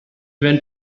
went